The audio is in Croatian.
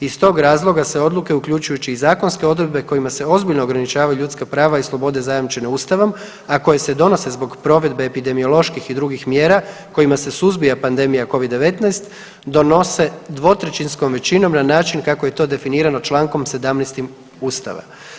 Iz tog razloga se odluke, uključujući i zakonske odredbe kojima se ozbiljno ograničavaju ljudska prava i slobode zajamčene Ustavom, a koje se donose zbog provedbe epidemioloških i drugih mjera, kojima se suzbija pandemija Covid-19 donose dvotrećinskom većinom na način kako je to definirano čl. 17 Ustava.